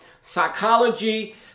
psychology